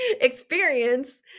experience